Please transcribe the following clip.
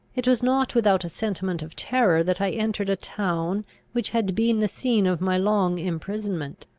it was not without a sentiment of terror that i entered a town which had been the scene of my long imprisonment.